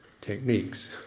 techniques